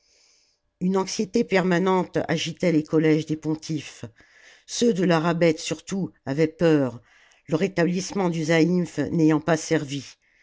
une anxiété permanente agitait les collèges des pontifes ceux de la rabbet surtout avaient peur le rétablissement du zaïmph n'ayant pas servi